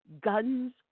guns